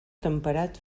temperat